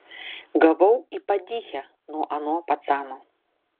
gavau į padychę nuo ano pacano